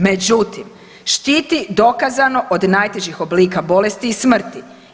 Međutim, štiti dokazano od najtežih oblika bolesti i smrti.